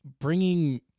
bringing